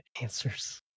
answers